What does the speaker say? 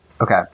Okay